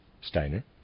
Steiner